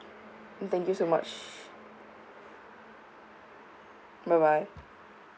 and thank you so much bye bye